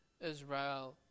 Israel